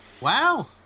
Wow